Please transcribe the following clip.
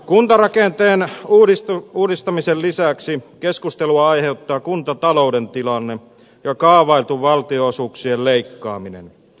kuntarakenteen uudistamisen lisäksi keskustelua aiheuttaa kuntatalouden tilanne ja kaavailtu valtionosuuksien leikkaaminen